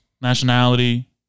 nationality